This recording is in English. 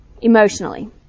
Emotionally